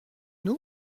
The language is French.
nous